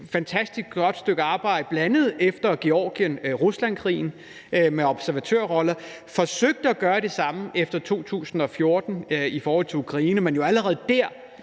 fantastisk godt stykke arbejde, bl.a. efter Georgien-Rusland-krigen, med observatørroller, og som forsøgte at gøre det samme efter 2014 i forhold til Ukraine, men jo allerede der